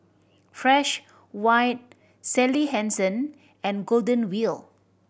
Fresh White Sally Hansen and Golden Wheel